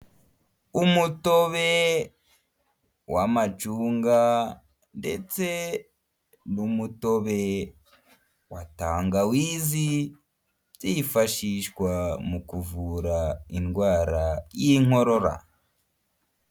Umutobe w'amacunga ndetse n'umutobe wa tangawizi, zifashishwa mu kuvura indwara y'inkorora.